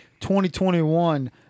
2021